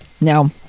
Now